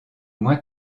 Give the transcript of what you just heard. moins